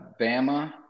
Bama